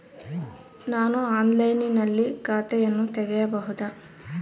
ನಾನು ಆನ್ಲೈನಿನಲ್ಲಿ ಖಾತೆಯನ್ನ ತೆಗೆಯಬಹುದಾ?